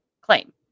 claim